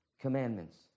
commandments